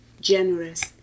generous